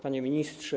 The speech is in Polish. Panie Ministrze!